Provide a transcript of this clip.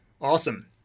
Awesome